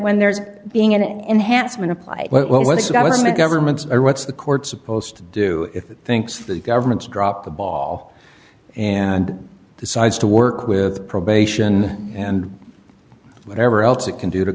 when there's being an enhancement apply when it was the government's or what's the court's supposed to do if it thinks the government's dropped the ball and decides to work with probation and whatever else it can do to